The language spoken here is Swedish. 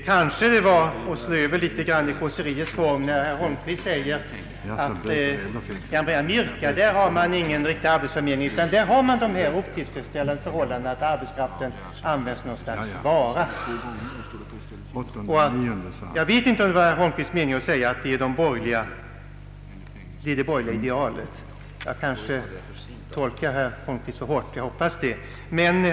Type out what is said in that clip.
Kanske herr Holmqvist slog över en smula i kåseriets form när han sade att man i Amerika inte har någon riktig arbetsförmedling, utan att man där har så otillfredsställande förhållanden att arbetskraften används som något slags vara. Jag vet inte om det var herr Holmqvists avsikt att säga att detta är det borgerliga idealet. Jag kanske gör en alltför hård tolkning av herr Holmqvists uttalande — jag hoppas det.